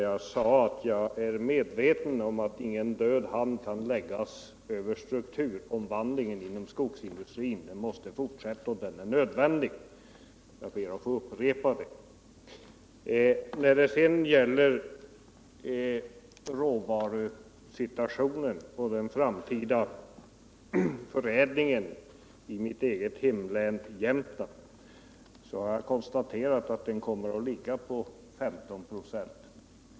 Jag sade att jag är medveten om att ingen död hand kan läggas över strukturomvandlingen inom skogsindustrin — den måste fortsätta och den är nödvändig. Jag ber att få upprepa det. När det sedan gäller råvarusituationen och den framtida förädlingen i mitt eget hemlän, Jämtland, så har jag konstaterat att den kommer att ligga på 15 96.